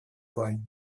плане